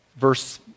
Verse